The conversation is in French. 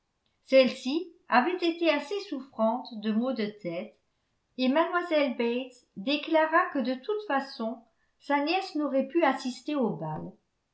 celle-ci avait été assez souffrante de maux de tête et mlle bates déclara que de toute façon sa nièce n'aurait pu assister au bal